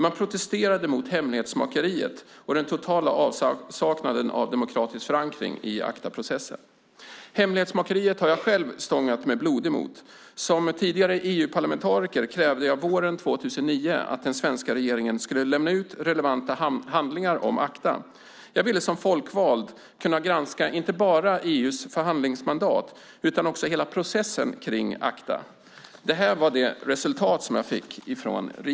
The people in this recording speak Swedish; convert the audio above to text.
Man protesterade mot hemlighetsmakeriet och den totala avsaknaden av demokratisk förankring i ACTA-processen. Hemlighetsmakeriet har jag själv stångat mig blodig mot. Som tidigare EU-parlamentariker krävde jag våren 2009 att den svenska regeringen skulle lämna ut relevanta handlingar om ACTA. Jag ville som folkvald kunna granska inte bara EU:s förhandlingsmandat utan hela processen kring ACTA. Resultatet av min begäran blev den bunt papper som jag här visar upp för kammarens ledamöter.